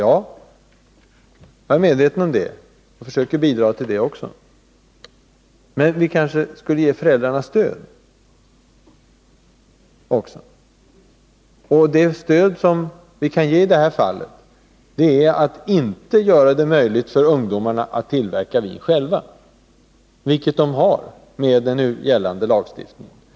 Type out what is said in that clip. Ja, jag är medveten om det och försöker bidra också till det. Men vi kanske också bör ge föräldrarna ett stöd, och det som vi kan lämna dem i detta fall är att inte göra det möjligt för ungdomarna att tillverka vin själva, något som de enligt den nuvarande lagstiftningen kan göra.